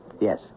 Yes